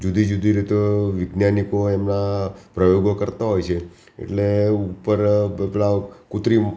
જુદી જુદી રીતો વૈજ્ઞાનિકો એમના પ્રયોગો કરતા હોય છે એટલે ઉપર પેલા કૃત્રિમ